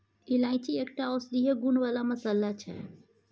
इलायची एकटा औषधीय गुण बला मसल्ला छै